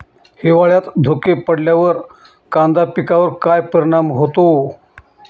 हिवाळ्यात धुके पडल्यावर कांदा पिकावर काय परिणाम होतो?